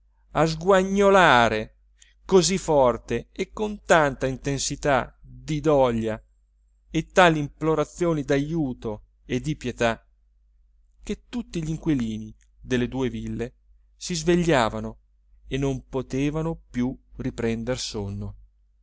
a sguagnolare così forte e con tanta intensità di doglia e tali implorazioni d'ajuto e di pietà che tutti gl'inquilini delle due ville si svegliavano e non potevano più riprender sonno